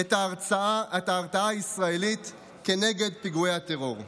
את ההרתעה הישראלית כנגד פיגועי הטרור.